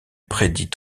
prédit